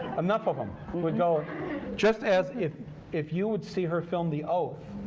enough of them would go just as if if you would see her film the oath,